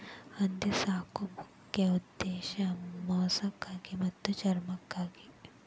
ಹಂದಿ ಸಾಕು ಮುಖ್ಯ ಉದ್ದೇಶಾ ಮಾಂಸಕ್ಕಾಗಿ ಮತ್ತ ಚರ್ಮಕ್ಕಾಗಿ